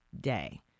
day